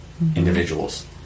individuals